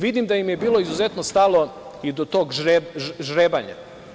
Vidim da im je bilo izuzetno stalo i do tog žrebanja.